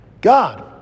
God